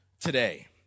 today